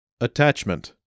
attachment